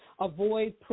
avoid